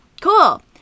cool